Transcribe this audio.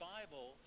Bible